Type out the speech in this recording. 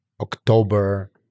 October